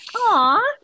Aw